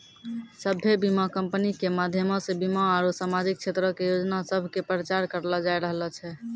सभ्भे बीमा कंपनी के माध्यमो से बीमा आरु समाजिक क्षेत्रो के योजना सभ के प्रचार करलो जाय रहलो छै